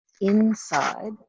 inside